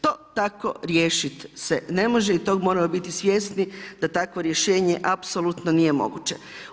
To tako riješit se ne može i toga moramo biti svjesni da takvo rješenje apsolutno nije moguće.